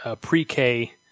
pre-K